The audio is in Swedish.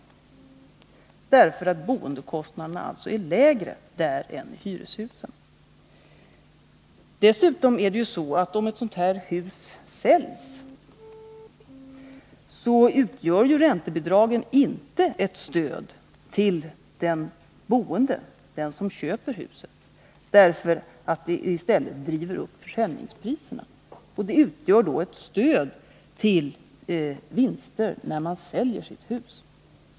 Det gör vi alltså därför att boendekostnaderna där är lägre än i hyreshusen. Om ett sådant här hus säljs utgör räntebidragen dessutom inte ett stöd till den som köper huset — de driver i stället upp försäljningspriserna. De bidrar alltså till vinster när man säljer sitt hus.